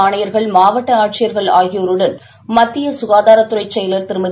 ஆணையர்கள் மாவட்ட ஆட்சியர்கள் ஆகியோருடன் மத்திய சுகாதாரத்துறை செயலர் திருமதி